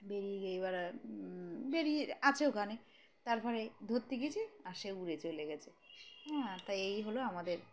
বেরিয়ে গিয়ে এবার বেরিয়ে আছে ওখানে তারপরে ধরতে গিয়েছ আর সে উড়ে চলে গেছে হ্যাঁ তাই এই হলো আমাদের